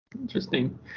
interesting